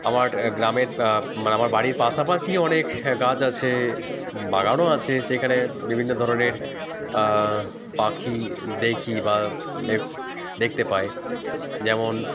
আমার গ্রামের মানে আমার বাড়ির পাশাপাশি অনেক গাছ আছে বাগানও আছে সেইখানে বিভিন্ন ধরনের পাখি দেখি বা দে দেখতে পাই যেমন